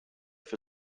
für